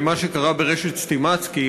למה שקרה ברשת "סטימצקי",